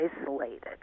isolated